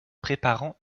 préparant